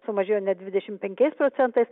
sumažėjo net dvidešimt penkiais procentais